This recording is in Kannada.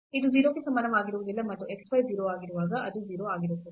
ಇದು 0 ಕ್ಕೆ ಸಮನಾಗಿರುವುದಿಲ್ಲ ಮತ್ತು x y 0 ಆಗಿರುವಾಗ ಅದು 0 ಆಗಿರುತ್ತದೆ